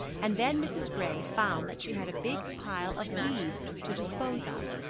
and then mrs. gray found that she had a big pile of weeds to dispose of.